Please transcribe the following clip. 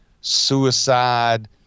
suicide